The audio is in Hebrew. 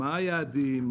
מה היעדים,